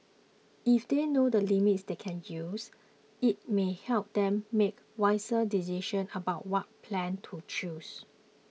if they know the limits they can use it may help them make wiser decisions about what plan to choose